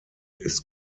ist